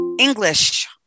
English